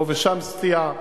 פה ושם סטייה,